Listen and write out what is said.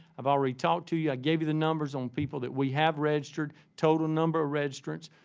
i've already talked to you, gave you the numbers on people that we have registered, total number of registrants,